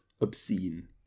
obscene